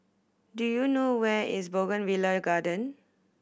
do you know where is Bougainvillea Garden